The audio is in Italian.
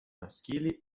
maschili